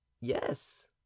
Yes